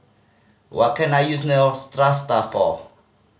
what can I use Neostrata for